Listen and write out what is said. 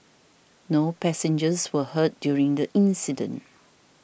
no passengers were hurt during the incident